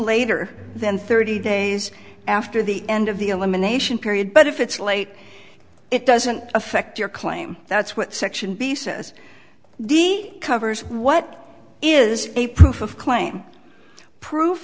later than thirty days after the end of the elimination period but if it's late it doesn't affect your claim that's what section b says the covers what is a proof of claim proof